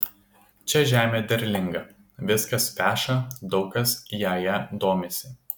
čia žemė derlinga viskas veša daug kas jąja domisi